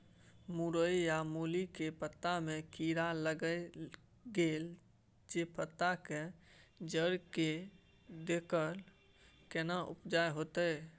मूरई आ मूली के पत्ता में कीरा लाईग गेल जे पत्ता के जर्जर के देलक केना उपाय होतय?